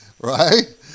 right